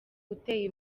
uteye